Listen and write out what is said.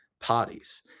parties